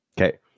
okay